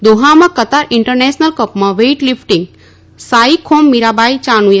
દોહામાં Qatar international કપમાં weight લીફટીંગમાં સાઇખોમ મીરાબાઇ યાનુએ